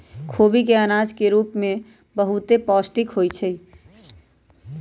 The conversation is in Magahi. खोबि के अनाज के रूप में बहुते पौष्टिक होइ छइ